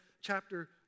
chapter